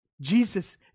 Jesus